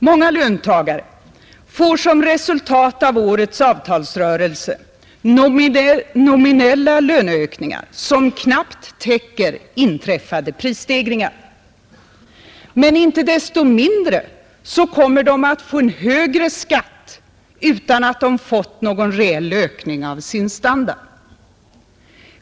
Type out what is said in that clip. Många löntagare får som resultat av årets avtalsrörelse nominella löneökningar som knappt täcker inträffade prisstegringar. Inte desto mindre kommer de att få en högre skatt utan att de fått någon reell ökning av sin standard.